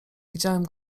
widziałem